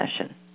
session